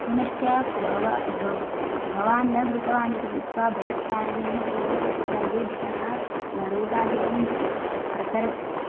पुनश्च भवान् न धृतवान् इति कृत्वा भवत् कारणेन एव सर्वेभ्यः रोगाधिकं प्रसरति